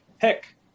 pick